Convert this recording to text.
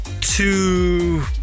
two